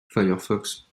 firefox